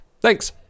Thanks